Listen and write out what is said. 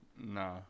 Nah